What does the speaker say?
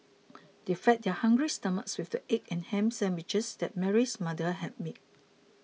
they fed their hungry stomachs with the egg and ham sandwiches that Mary's mother had made